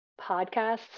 podcasts